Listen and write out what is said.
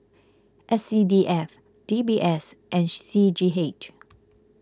S C D F D B S and C G H